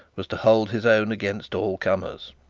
was to hold his own against all comers.